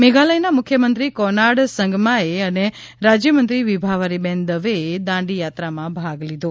મેઘાલયના મુખ્યમંત્રી કોનાર્ડ સંગમાએ અને રાજ્યમંત્રી વિભાવરીબેન દવે એ દાંડીયાત્રામાં ભાગ લીધો